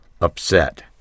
upset